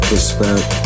Respect